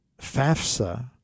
FAFSA